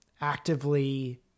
actively